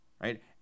right